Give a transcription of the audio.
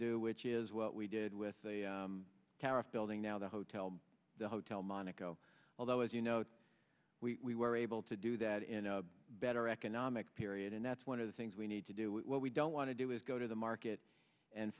do which is what we did with the tariff building now the hotel the hotel monaco although as you know we were able to do that in a better economic period and that's one of the things we need to do what we don't want to do is go to the market and